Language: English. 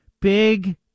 Big